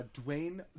Dwayne